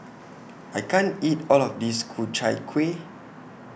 I can't eat All of This Ku Chai Kuih